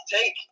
take